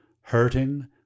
hurting